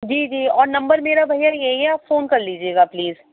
جی جی اور نمبر میرا بھیا یہی ہے آپ فون کر لیجیے گا پلیز